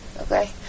Okay